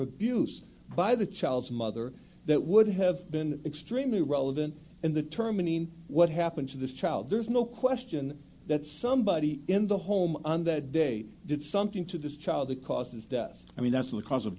abuse by the child's mother that would have been extremely relevant and the terminating what happened to this child there is no question that somebody in the home on that day did something to this child that caused his death i mean that's the cause of